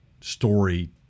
story